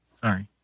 Sorry